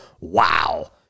wow